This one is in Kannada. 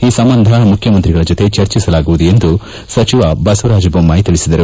ಈ ಸಂಬಂಧ ಮುಖ್ಯಮಂತ್ರಿಗಳ ಜೊತೆ ಚರ್ಚಿಸಲಾಗುವುದು ಎಂದು ಸಚಿವ ಬಸವರಾಜ ಬೊಮ್ನಾಯಿ ತಿಳಿಸಿದರು